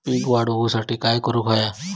पीक वाढ होऊसाठी काय करूक हव्या?